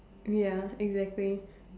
ya exactly